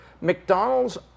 McDonald's